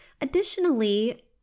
Additionally